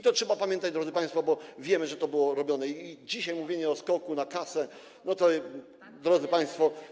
To trzeba pamiętać, drodzy państwo, bo wiemy, że to było robione, i dzisiaj mówienie o skoku na kasę, drodzy państwo.